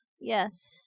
Yes